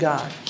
God